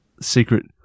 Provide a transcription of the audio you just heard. secret